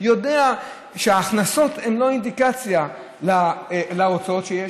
יודע שההכנסות הן לא אינדיקציה להוצאות שיש,